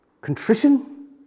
Contrition